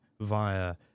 via